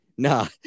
Nah